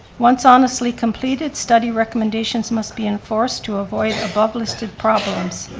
once honestly completed, study recommendations must be enforced to avoid above-listed problems,